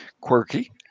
quirky